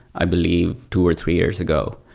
i believe, two or three years ago,